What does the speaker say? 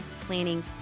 Planning